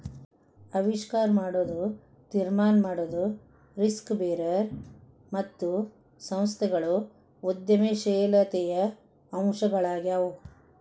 ಆವಿಷ್ಕಾರ ಮಾಡೊದು, ತೀರ್ಮಾನ ಮಾಡೊದು, ರಿಸ್ಕ್ ಬೇರರ್ ಮತ್ತು ಸಂಸ್ಥೆಗಳು ಉದ್ಯಮಶೇಲತೆಯ ಅಂಶಗಳಾಗ್ಯಾವು